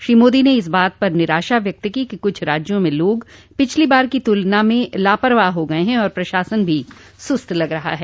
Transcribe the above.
श्री मोदी ने इस बात पर निराशा व्यक्त की कि कुछ राज्यों में लोग पिछली बार की तुलना में लापरवाह हो गए हैं और प्रशासन भी सुस्त लग रहा है